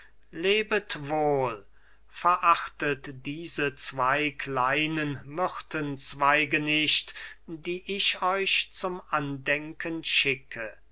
lebet wohl verachtet diese zwey kleinen myrtenzweige nicht die ich euch zum andenken schicke